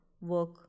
work